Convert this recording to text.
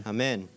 Amen